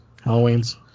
Halloween's